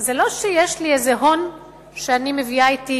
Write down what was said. זה לא שיש לי איזה הון שאני מביאה אתי,